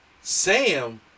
Sam